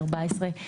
14,